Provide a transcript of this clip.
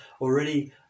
already